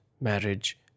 marriage